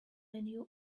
new